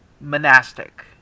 monastic